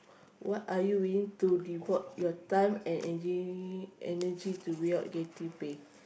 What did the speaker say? what are you willing to devote your time and energ~ energy without getting pay